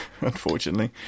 Unfortunately